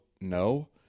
no